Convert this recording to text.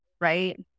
right